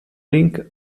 link